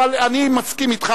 אבל אני מסכים אתך,